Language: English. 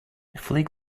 flick